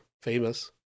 famous